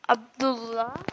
Abdullah